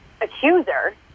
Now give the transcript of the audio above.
accuser